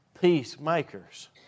peacemakers